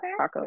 tacos